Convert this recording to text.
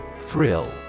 Thrill